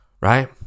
right